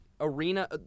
arena